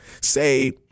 Say